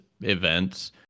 events